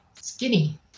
Skinny